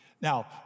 Now